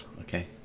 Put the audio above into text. okay